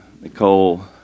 Nicole